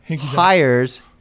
hires